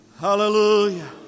Hallelujah